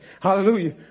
Hallelujah